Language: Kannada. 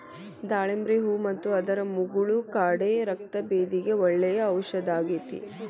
ದಾಳಿಂಬ್ರಿ ಹೂ ಮತ್ತು ಅದರ ಮುಗುಳ ಕಾಡೆ ರಕ್ತಭೇದಿಗೆ ಒಳ್ಳೆ ಔಷದಾಗೇತಿ